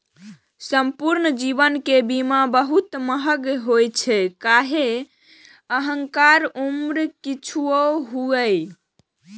संपूर्ण जीवन के बीमा बहुत महग होइ छै, खाहे अहांक उम्र किछुओ हुअय